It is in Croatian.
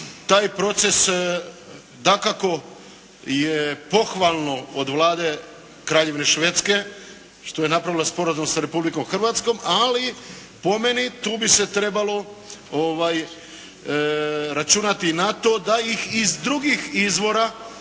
taj proces, dakako je pohvalno od Vlade Kraljevine Švedske što je napravila sporazum s Republikom Hrvatskom, ali po meni tu bi se trebalo računati na to da ih iz drugih izvora,